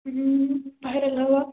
ହୁଁ ଭାଇରାଲ୍ ହବା